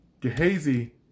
Gehazi